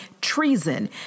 treason